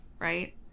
right